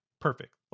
perfect